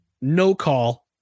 no-call